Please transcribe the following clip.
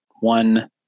one